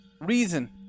reason